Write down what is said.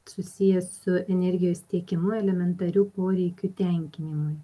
susiję su energijos tiekimu elementarių poreikių tenkinimui